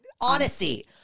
Honesty